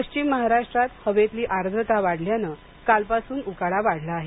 पश्चिम महाराष्ट्रात हवेतली आर्रता वाढल्यानं कालपासून उकाडा वाढला आहे